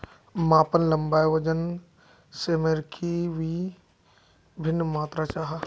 मापन लंबाई वजन सयमेर की वि भिन्न मात्र जाहा?